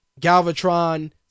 Galvatron